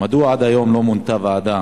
1. מדוע עד היום לא מונתה ועדה